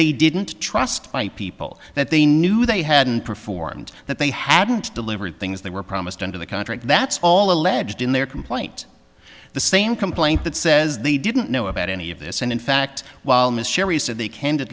they didn't trust by people that they knew they hadn't performed that they hadn't delivered things they were promised under the contract that's all alleged in their complaint the same complaint that says they didn't know about any of this and in fact while miss sherry said they ca